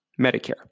Medicare